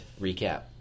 recap